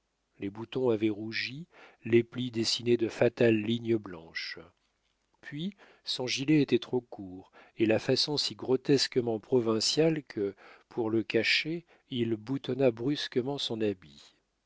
les boutons avaient rougi les plis dessinaient de fatales lignes blanches puis son gilet était trop court et la façon si grotesquement provinciale que pour le cacher il boutonna brusquement son habit